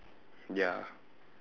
ya